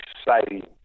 exciting